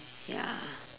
ya